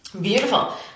Beautiful